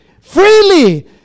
freely